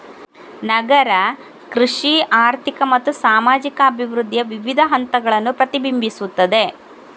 ನಗರ ಕೃಷಿ ಆರ್ಥಿಕ ಮತ್ತು ಸಾಮಾಜಿಕ ಅಭಿವೃದ್ಧಿಯ ವಿವಿಧ ಹಂತಗಳನ್ನು ಪ್ರತಿಬಿಂಬಿಸುತ್ತದೆ